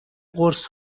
قرص